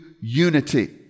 unity